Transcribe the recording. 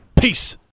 Peace